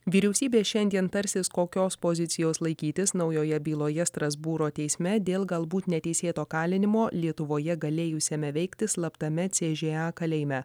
vyriausybė šiandien tarsis kokios pozicijos laikytis naujoje byloje strasbūro teisme dėl galbūt neteisėto kalinimo lietuvoje galėjusiame veikti slaptame c ž a kalėjime